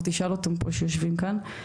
ותשאל אותם פה שיושבים כאן,